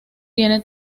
tiene